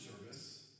service